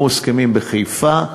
הסכמים בחיפה,